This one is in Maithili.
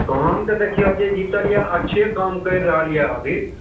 काम तऽ देखियौ जे जीतल यऽ अच्छे काम करि रहल यऽ अभी